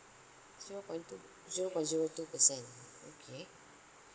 zero point two zero point zero two percent okay